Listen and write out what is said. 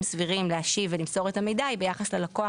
סבירים להשיב ולמסור את המידע היא ביחס ללקוח,